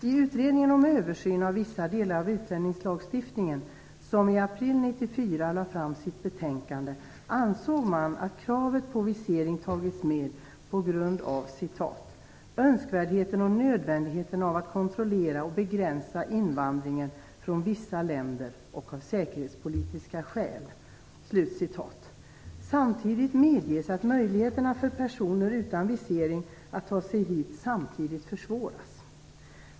I utredningen om översyn av vissa delar av utlänningslagstiftningen, som i april 94 lade fram sitt betänkande, ansåg man att kravet på visering tagits med på grund av "önskvärdheten och nödvändigheten av att kontrollera och begränsa invandringen från vissa länder och av säkerhetspolitiska skäl." Det medges också att möjligheterna för personer utan visering att ta sig hit samtidigt försvåras.